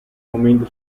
momento